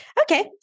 Okay